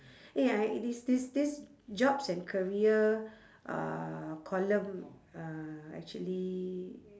eh I this this this jobs and career uh column uh actually